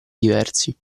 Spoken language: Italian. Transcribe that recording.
diversi